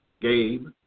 Gabe